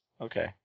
Okay